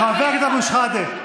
חבר הכנסת אבו שחאדה.